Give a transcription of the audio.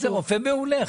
הוא רופא מעולה.